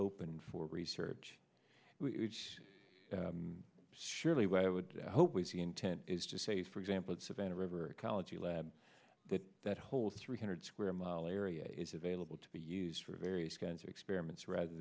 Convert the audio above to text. open for research surely what i would hope we see intent is to say for example the savannah river ecology lab that that whole three hundred square mile area is available to be used for various kinds of experiments rather